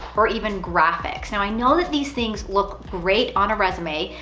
or even graphics. now i know that these things look great on a resume,